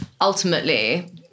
ultimately